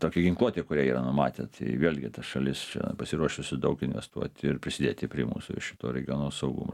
tokia ginkluote kurią yra numatę tai vėlgi ta šalis čia pasiruošusi daug investuoti ir prisidėti prie mūsų šito regiono saugumo